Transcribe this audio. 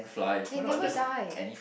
they never die